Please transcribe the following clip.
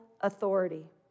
authority